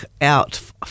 out